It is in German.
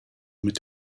mit